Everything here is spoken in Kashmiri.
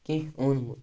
کیٚنٛہہ اوٚنمُت